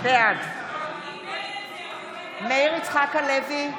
בעד מאיר יצחק הלוי,